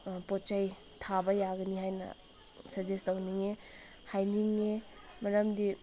ꯄꯣꯠ ꯆꯩ ꯊꯥꯕ ꯌꯥꯒꯅꯤ ꯍꯥꯏꯅ ꯁꯖꯦꯁ ꯇꯧꯅꯤꯡꯏ ꯍꯥꯏꯅꯤꯡꯉꯦ ꯃꯔꯝꯗꯤ